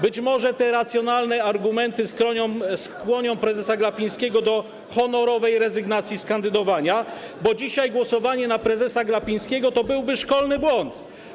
Być może te racjonalne argumenty skłonią prezesa Glapińskiego do honorowej rezygnacji z kandydowania, bo dzisiaj głosowanie na prezesa Glapińskiego to byłby szkolny błąd.